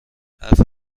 حرف